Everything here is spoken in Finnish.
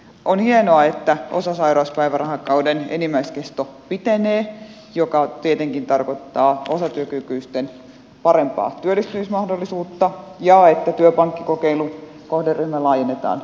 on hienoa että osasairauspäivärahakauden enimmäiskesto pitenee mikä tietenkin tarkoittaa osatyökykyisten parempaa työllistymismahdollisuutta ja että työpankkikokeilun kohderyhmää laajennetaan nuoriin